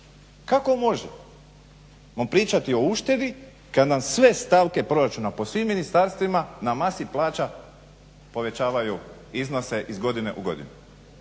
Kako možemo pričati o uštedi kad nam sve stavke proračuna po svim ministarstvima na masi plaća povećavaju iznose iz godine u godinu.